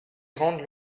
grande